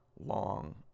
long